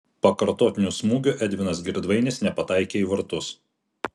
pakartotiniu smūgiu edvinas girdvainis nepataikė į vartus